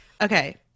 Okay